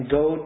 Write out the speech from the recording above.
go